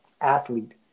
athlete